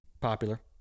popular